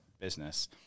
business